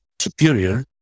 superior